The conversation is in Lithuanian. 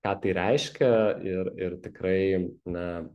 ką tai reiškia ir ir tikrai na